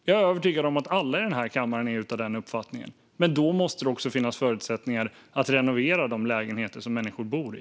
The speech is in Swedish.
Jag är övertygad om att alla i den här kammaren är av den uppfattningen, men då måste det också finnas förutsättningar att renovera de lägenheter som människor bor i.